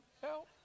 help